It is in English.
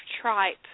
tripe